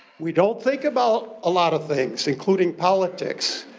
we don't think about a lot of things including politics.